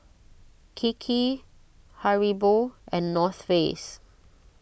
Kiki Haribo and North Face